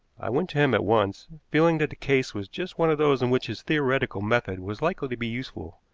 i went to him at once, feeling that the case was just one of those in which his theoretical method was likely to be useful.